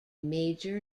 major